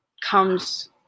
comes